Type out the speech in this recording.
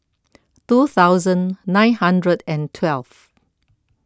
two thousand nine hundred and twelve